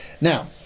Now